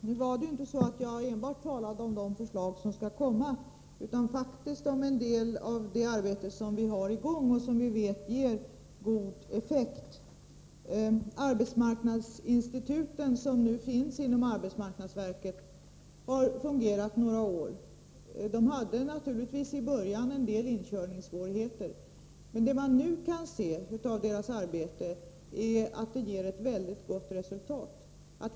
Herr talman! Jag vill framhålla att jag inte talade enbart om de förslag som kommer att läggas fram, utan också om det arbete som redan är i gång och som vi vet ger god effekt. Arbetsmarknadsinstituten, inom arbetsmarknadsverket, har fungerat några år. Det var naturligtvis vissa inkörningssvårigheter. Men såvitt man nu kan bedöma ger deras arbete ett väldigt gott resultat.